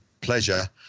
pleasure